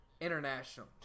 international